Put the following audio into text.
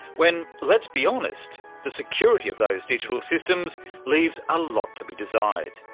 when, let's be honest, the security of those digital systems leaves a lot to be desired.